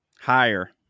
higher